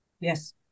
yes